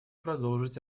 продолжить